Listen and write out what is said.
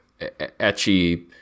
etchy